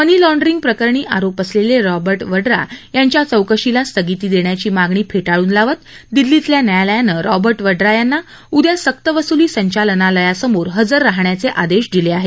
मनी laundering प्रकरणी आरोप असलेले रॉबर्ट वडरा यांच्या चौकशीला स्थगिती देण्याची मागणी फेटाळून लावत दिल्लीतल्या न्यायालयानं रॉबर्ट वडरा यांना उद्या सक्त वसुली संचालमालयासमोर हजार राहण्याचे आज आदेश दिले आहेत